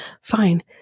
Fine